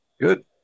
good